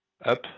up